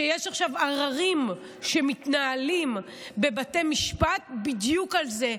שיש עכשיו עררים שמתנהלים בבתי משפט בדיוק על זה,